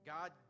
God